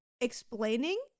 explaining